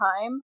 time